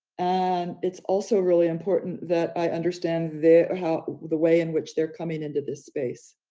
and it's also really important that i understand the the way in which they're coming into this space,